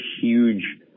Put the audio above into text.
huge